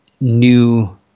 new